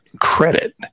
credit